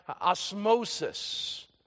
osmosis